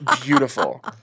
beautiful